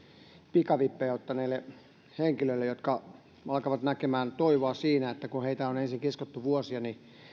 pikavippejä ottaneille henkilöille jotka alkavat nähdä toivoa siinä että kun heitä on ensin kiskottu vuosia